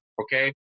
okay